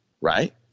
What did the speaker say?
Right